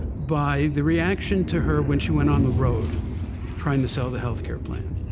by the reaction to her when she went on the road trying to sell the health care plan.